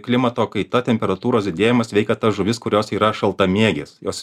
klimato kaita temperatūros didėjimas veikia tas žuvis kurios yra šaltamėgės jos